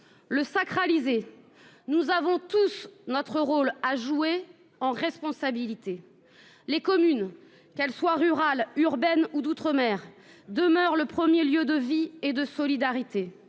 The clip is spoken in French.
le sacraliser. Nous avons tous notre rôle à jouer en responsabilité. Les communes qu'elles soient rurales, urbaines ou d'outre-mer demeure le 1er lieu de vie et de solidarité.